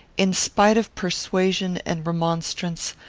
in spite of persuasion and remonstrance,